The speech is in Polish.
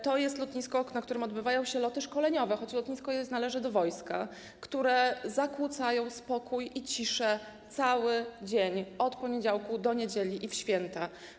To jest lotnisko, na którym odbywają się loty szkoleniowe, choć lotnisko należy do wojska, które zakłócają spokój i ciszę cały dzień od poniedziałku do niedzieli, także w święta.